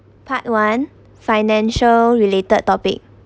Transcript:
part one financial related topic